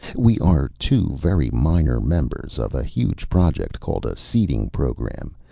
we are two very minor members of a huge project called a seeding program,